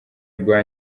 rwa